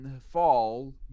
fall